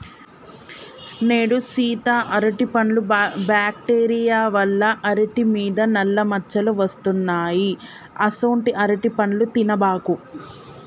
నేడు సీత అరటిపండ్లు బ్యాక్టీరియా వల్ల అరిటి మీద నల్ల మచ్చలు వస్తున్నాయి అసొంటీ అరటిపండ్లు తినబాకు